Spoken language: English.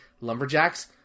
lumberjacks